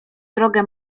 drogę